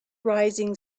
rising